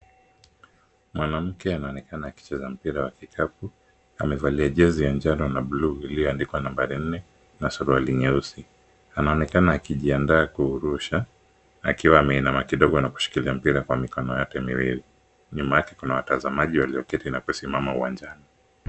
Mwanamke anaonekana akicheza mpira wa kikapu. Amevalia jezi ya njano na blue iliyoandikwa namba nne na suruali nyeusi. Anaonekana akijiandaa kurusha akiwa ameinama kidogo. Anakushikilia mpira kwa mikono yake miwili. Nyuma yake kuna watazamaji walioketi na kusimama uwanjani.